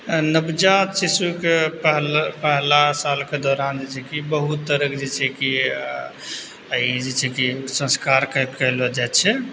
नवजात शिशुके पह पहला सालके दौरान जे छै कि बहुत तरहके जे छै कि ई जे छै कि संस्कार कै कएलो जाइ छै